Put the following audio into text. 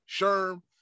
Sherm